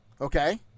Okay